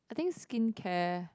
I think skincare